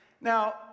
Now